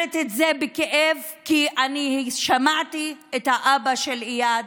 בכאב, כי שמעתי את אבא של איאד,